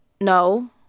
No